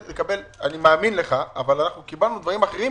אני מאמין לך, אבל נאמרו לנו דברים אחרים.